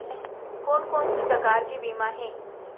कोन कोन से प्रकार के बीमा हे?